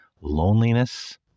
loneliness